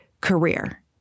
career